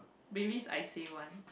maybe I said one